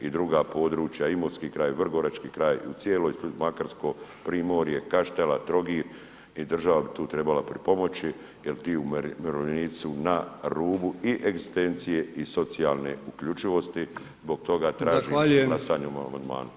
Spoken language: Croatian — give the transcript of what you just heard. I druga područja, imotski kraj, vrgorački kraj i u cijeloj makarsko primorje, Kaštela, Trogir i država bi tu trebala pripomoći jer ti umirovljenici su na rubu i egzistencije i socijalne uključivosti, zbog toga tražim [[Upadica Brkić: Zahvaljujem.]] glasanje o ovom amandmanu.